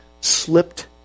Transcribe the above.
slipped